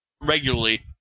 regularly